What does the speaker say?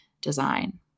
design